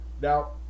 Now